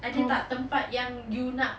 ada tak tempat yang you nak